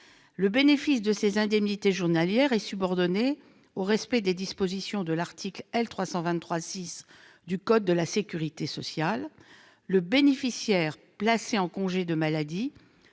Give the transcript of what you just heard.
Le bénéfice de ces indemnités journalières est subordonné au respect des dispositions de l'article L. 323-6 du code de la sécurité sociale : le bénéficiaire placé en congé de maladie